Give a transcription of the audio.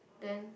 then